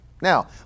now